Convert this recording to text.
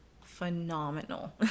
phenomenal